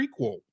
prequel